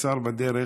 שהשר בדרך